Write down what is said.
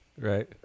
Right